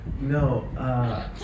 No